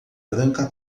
branca